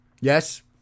Yes